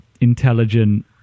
intelligent